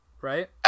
right